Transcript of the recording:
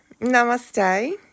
namaste